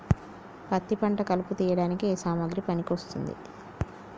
పత్తి పంట కలుపు తీయడానికి ఏ సామాగ్రి పనికి వస్తుంది?